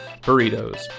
burritos